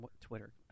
Twitter